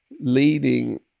Leading